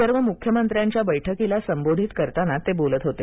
सर्व मुख्यमंत्र्यांच्या बैठकीला संबोधित करताना ते बोलत होते